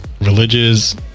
religious